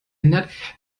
ändert